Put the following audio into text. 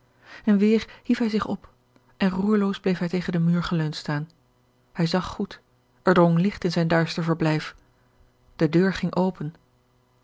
en weêr hief hij zich op en roerloos bleef hij tegen den muur geleund staan hij zag goed er drong licht in zijn duister verblijf de deur ging open